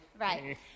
right